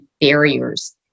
barriers